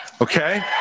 okay